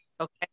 okay